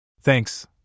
Thanks